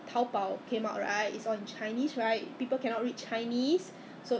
I'm not a online person